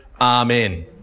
Amen